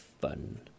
fun